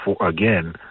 again